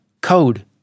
code